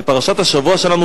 ופרשת השבוע שלנו,